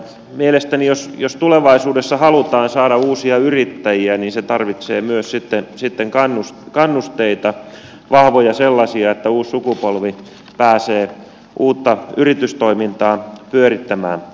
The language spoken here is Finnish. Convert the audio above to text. mielestäni jos tulevaisuudessa halutaan saada uusia yrittäjiä niin se tarvitsee myös sitten kannusteita vahvoja sellaisia että uusi sukupolvi pääsee uutta yritystoimintaa pyörittämään